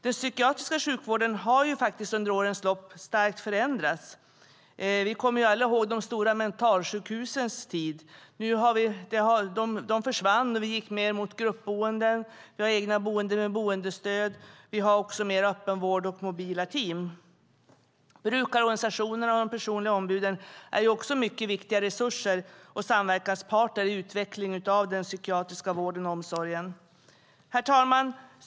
Den psykiatriska sjukvården har under årens lopp starkt förändrats. Vi kommer alla ihåg de stora mentalsjukhusens tid. De försvann, och vi gick mot gruppboenden, eget boende med boendestöd, mer öppenvård och mobila team. Brukarorganisationerna och de personliga ombuden är mycket viktiga resurser och samverkansparter i utvecklingen av den psykiatriska vården och omsorgen. Herr talman!